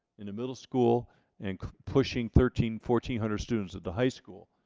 in the middle school and pushing thirteen fourteen hundred students at the high school,